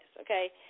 Okay